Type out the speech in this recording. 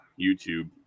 YouTube